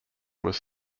was